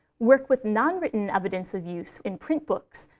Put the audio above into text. work with non-written evidence of use in print books,